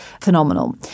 phenomenal